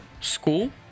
school